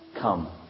come